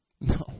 No